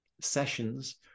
sessions